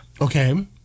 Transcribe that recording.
Okay